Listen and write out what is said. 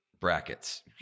Brackets